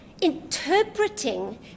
interpreting